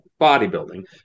bodybuilding